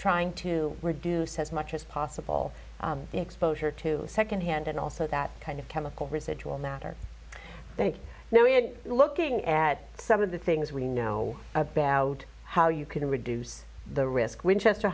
trying to reduce as much as possible exposure to second hand and also that kind of chemical residual matter they know we're looking at some of the things we know about how you can reduce the risk winchester